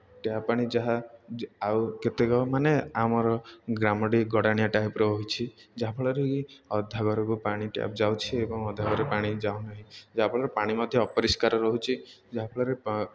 tap ପାଣି ଯାହା ଆଉ କେତେକ ମାନେ ଆମର ଗ୍ରାମଟି ଗଡ଼ାଣିଆ ଟାଇପ୍ ରହିଛି ଯାହାଫଳରେ କି ଅଧା ଘରକୁ ପାଣି ଟ୍ୟାପ୍ ଯାଉଛି ଏବଂ ଅଧା ଘରେ ପାଣି ଯାଉନାହିଁ ଯାହାଫଳରେ କି ପାଣି ମଧ୍ୟ ଅପରିଷ୍କାର ରହୁଛି ଯାହାଫଳରେ